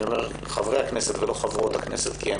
אני אומר חברי הכנסת ולא חברות הכנסת כי אין